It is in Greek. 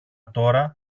τώρα